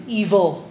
evil